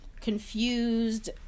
confused